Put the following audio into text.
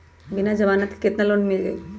बिना जमानत के केतना लोन मिल जाइ?